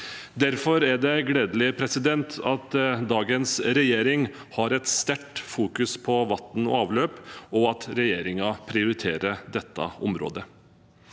Derfor er det gledelig at dagens regjering har et stort fokus på vann og avløp, og at regjeringen prioriterer dette området.